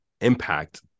impact